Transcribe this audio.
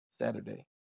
Saturday